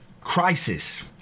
crisis